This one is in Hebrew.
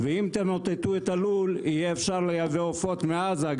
ואם תמוטטו את הלול אפשר יהיה לייבא עופות מעזה,